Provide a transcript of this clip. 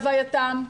כהווייתם.